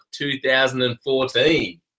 2014